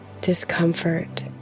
discomfort